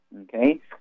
Okay